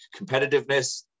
competitiveness